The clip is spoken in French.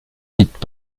sites